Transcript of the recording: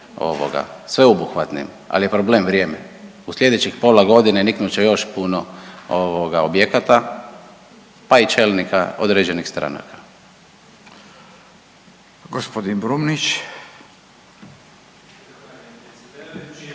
sveobuhvatnim, ali je problem vrijeme. U sljedećih pola godine niknut će još puno, ovoga, objekata, pa i čelnika određenih stranaka. **Radin, Furio